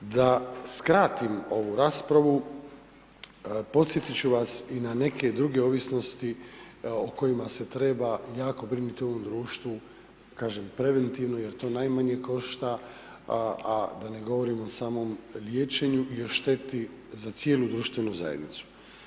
Da skratim ovu raspravu podsjetit ću vas i na neke druge ovisnosti o kojima se treba jako brinuti u ovom društvu, kažem preventivno jer to najmanje košta, a da ne govorim o samom liječenju i o šteti za cijelu društvenu zajednicu.